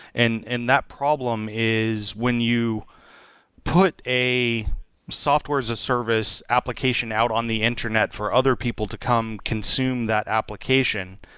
and and that problem is when you put a software as a service application out on the internet for other people to come consume that application,